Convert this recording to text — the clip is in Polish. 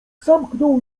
zamknął